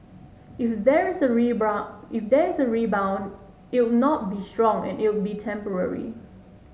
if there's a rebound if there's a rebound it'll not be strong and it'll be temporary